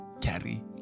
carry